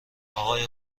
اقای